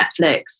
Netflix